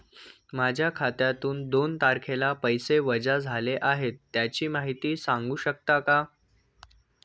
माझ्या खात्यातून दोन तारखेला पैसे वजा झाले आहेत त्याची माहिती सांगू शकता का?